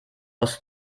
aus